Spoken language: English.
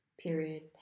period